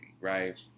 right